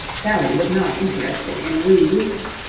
sally was not interested in lew lucas.